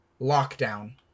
lockdown